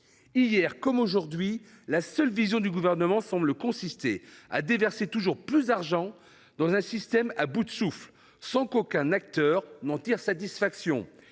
Hier comme aujourd’hui, la seule vision du Gouvernement consiste, semble t il, à déverser toujours plus d’argent dans un système à bout de souffle, sans qu’aucun acteur en tire satisfaction.